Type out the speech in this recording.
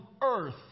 earth